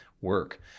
work